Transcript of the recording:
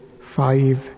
five